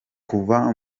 kuva